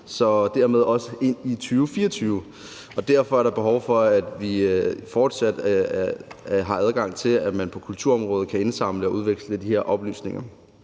og dermed også ind i 2024, og derfor er der behov for, at man fortsat har adgang til, at man på kulturområdet kan indsamle og udveksle de her oplysninger.